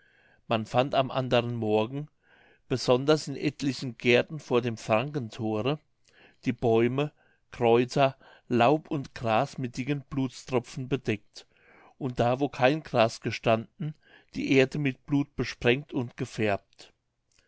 man fand am anderen morgen besonders in etlichen gärten vor dem frankenthore die bäume kräuter laub und gras mit dicken blutstropfen bedeckt und da wo kein gras gestanden die erde mit blut besprengt und gefärbt